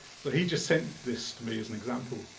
so he just sent this to me as an example.